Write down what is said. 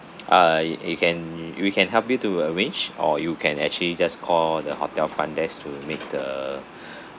uh I can we can help you to arrange or you can actually just call the hotel frontdesk to make the